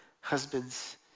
husbands